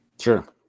sure